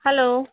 hello